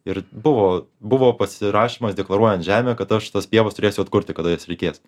ir buvo buvo pasirašymas deklaruojant žemę kad aš tas pievas turėsiu atkurti kada jas reikės